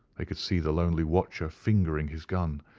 they could see the lonely watcher fingering his gun,